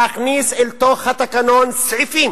להכניס אל תוך התקנון סעיפים